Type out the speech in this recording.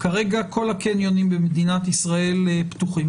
כרגע כל הקניונים במדינת ישראל פתוחים